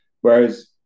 Whereas